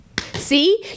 See